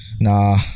Nah